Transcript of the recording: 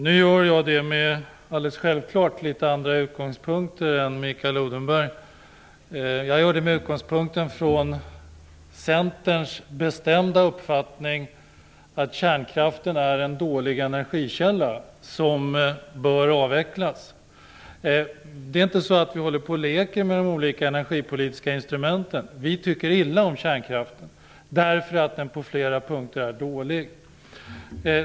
Nu gör jag det naturligtvis från litet andra utgångspunkter än Mikael Odenberg. Jag gör det med utgångspunkt i Centerns bestämda uppfattning att kärnkraften är en dålig energikälla, som bör avvecklas. Det är inte så att vi leker med de olika energipolitiska instrumenten. Vi tycker illa om kärnkraften därför att den i flera avseenden är dålig.